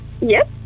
Yes